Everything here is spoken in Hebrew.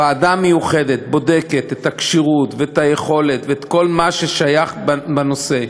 ועדה מיוחדת בודקת את הכשירות ואת היכולת ואת כל מה ששייך לנושא,